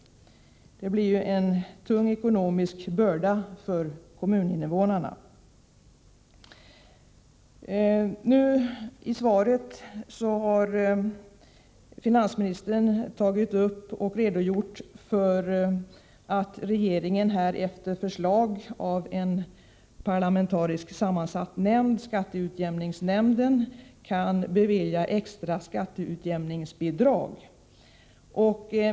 Det blir en ekonomiskt tung börda för kommuninnevånarna. Av finansministerns svar framgår att regeringen efter förslag av en parlamentariskt sammansatt nämnd, skatteutjämningsnämnden, kan bevilja extra skatteutjämningsbidrag.